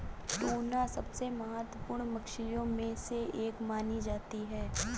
tuna सबसे महत्त्वपूर्ण मछलियों में से एक मानी जाती है